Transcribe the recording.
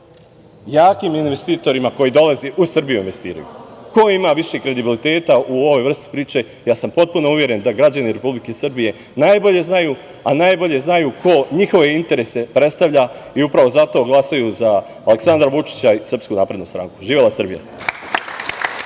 jakim investitorima koji dolaze u Srbiju da investiraju? Ko ima više kredibiliteta u ovoj vrsti priče? Ja sam potpuno uveren da građani Republike Srbije najbolje znaju, a najbolje znaju ko njihove interese predstavlja i upravo zato glasaju za Aleksandra Vučića i SNS. Živela Srbija!